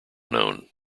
known